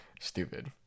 stupid